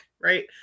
right